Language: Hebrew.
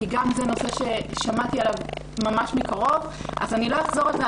גם זה נושא ששמעתי עליו ממש מקרוב אז לא אחזור עליו.